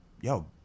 yo